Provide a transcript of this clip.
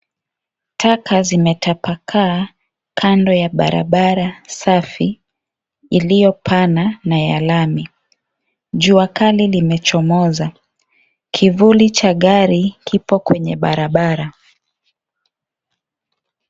Taka zimetapakaa kando ya barabara safi, iliyo pana na ya lami. Jua kali limechomoza. Kivuli cha gari kipo kwenye barabara.